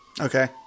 okay